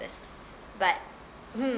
but hmm